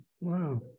wow